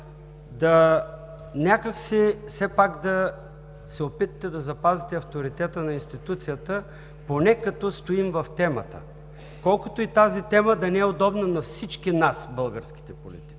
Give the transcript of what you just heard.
– някак си все пак да се опитате да запазите авторитета на институцията поне като стоим в темата, колкото и тази тема да не е удобна на всички нас, българските политици.